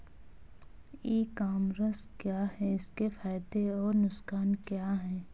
ई commerce क्या है इसके फायदे और नुकसान क्या है?